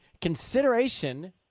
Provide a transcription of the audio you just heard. consideration